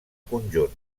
conjunt